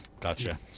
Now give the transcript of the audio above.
Gotcha